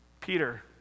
Peter